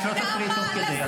את לא תפריעי תוך כדי.